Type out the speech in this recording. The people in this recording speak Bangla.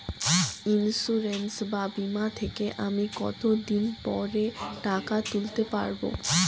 ইন্সুরেন্স বা বিমা থেকে আমি কত দিন পরে টাকা তুলতে পারব?